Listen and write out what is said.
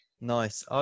Nice